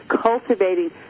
cultivating